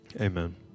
amen